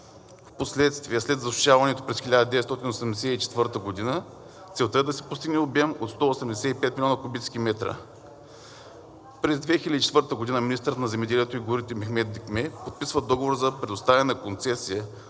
Впоследствие, след засушаванията през 1984 г., целта е да се постигне обем от 185 милиона кубически метра. През 2004 г. министърът на земеделието и горите Мехмед Дикме подписва договор за предоставяне на концесия